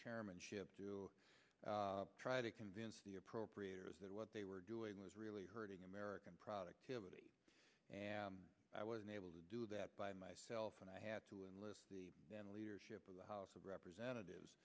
chairmanship to try to convince the appropriators that what they were doing was really hurting american product and i was unable to do that by myself and i had to enlist the leadership of the house of representatives